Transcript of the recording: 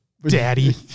daddy